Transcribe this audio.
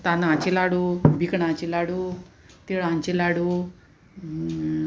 तानाचे लाडू भिकणाची लाडू तिळांची लाडू